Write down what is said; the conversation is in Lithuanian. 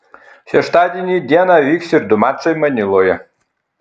šeštadienį dieną vyks ir du mačai maniloje